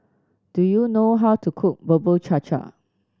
do you know how to cook Bubur Cha Cha